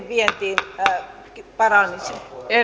vientiin paranisi